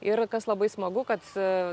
ir kas labai smagu kad